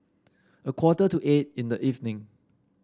a quarter to eight in the evening